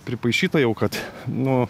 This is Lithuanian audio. pripaišyta jau kad nu